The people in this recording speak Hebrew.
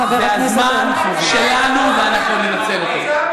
חברים, זה הזמן שלנו ואנחנו ננצל אותו.